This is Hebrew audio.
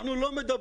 אנחנו לא מדברים,